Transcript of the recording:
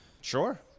Sure